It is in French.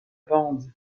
bande